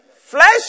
flesh